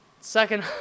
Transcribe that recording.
second